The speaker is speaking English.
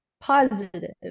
positive